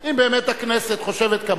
אם באמת הכנסת חושבת כמוך,